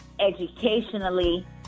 educationally